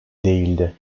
değildi